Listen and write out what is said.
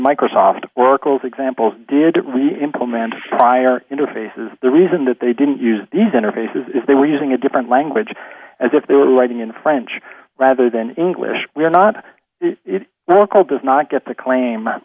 microsoft oracle's example didn't we implemented prior interfaces the reason that they didn't use these interfaces is they were using a different language as if they were writing in french rather than english we're not local does not get the claim